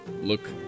look